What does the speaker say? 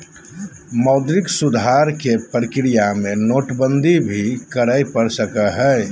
मौद्रिक सुधार के प्रक्रिया में नोटबंदी भी करे पड़ सको हय